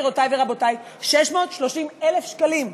גבירותי ורבותי, 630,000 שקלים,